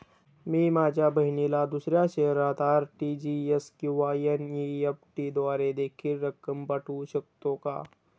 मी माझ्या बहिणीला दुसऱ्या शहरात आर.टी.जी.एस किंवा एन.इ.एफ.टी द्वारे देखील रक्कम पाठवू शकतो का?